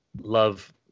love